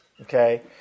Okay